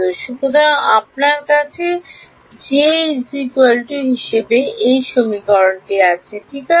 সুতরাং আপনার কাছে আছে ঠিক আছে